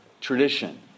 Tradition